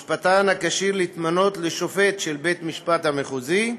משפטן הכשיר להתמנות לשופט בית-המשפט המחוזי,